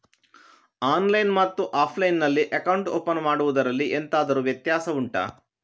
online ಮತ್ತು offline ನಲ್ಲಿ account open ಮಾಡುವುದರಲ್ಲಿ ಎಂತಾದರು ವ್ಯತ್ಯಾಸ ಉಂಟಾ